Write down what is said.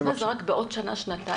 זה יהיה רק בעוד שנה-שנתיים?